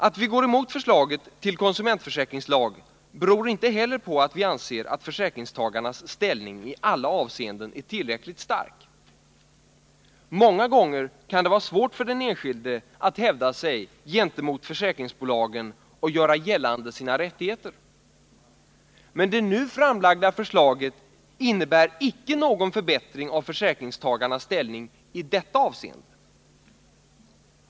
Att vi går emot förslaget till konsumentförsäkringslag beror inte heller på att vi anser att försäkringstagarnas ställning i alla avseenden är tillräckligt stark. Många gånger kan det vara svårt för den enskilde att hävda sig gentemot försäkringsbolagen och att göra gällande sina rättigheter. Men det nu framlagda förslaget innebär inte någon förbättring av försäkringstagarnas ställningi detta avseende.